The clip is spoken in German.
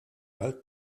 alt